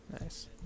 Nice